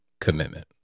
commitment